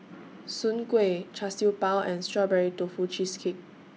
Soon Kuih Char Siew Bao and Strawberry Tofu Cheesecake